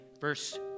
verse